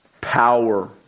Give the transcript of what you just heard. power